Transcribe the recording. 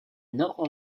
nord